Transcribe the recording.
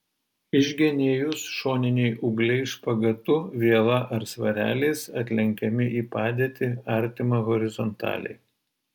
išgenėjus šoniniai ūgliai špagatu viela ar svareliais atlenkiami į padėtį artimą horizontaliai